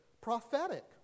prophetic